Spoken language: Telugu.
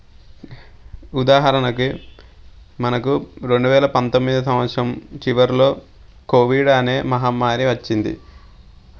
ఉదాహరణకి మనకు రెండు వేల పంతొమ్మిదవ సంవత్సరం చివర్లో కోవిడ్ అనే మహమ్మారి వచ్చింది